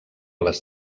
les